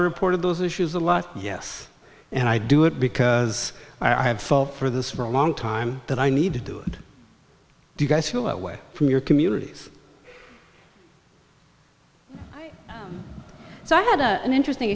reported those issues a lot yes and i do it because i have fought for this for a long time that i need to do it do you guys feel that way from your communities so i had an interesting